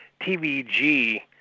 TVG